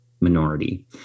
minority